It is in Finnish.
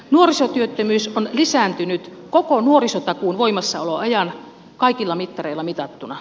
nuorisotyöttömyys on lisääntynyt koko nuorisotakuun voimassaolon ajan kaikilla mittareilla mitattuna